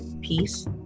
peace